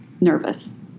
nervous